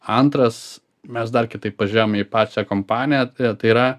antras mes dar kitaip pažėjom į pačią kompaniją tai yra